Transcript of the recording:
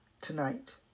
Tonight